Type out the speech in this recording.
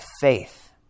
faith